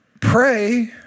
Pray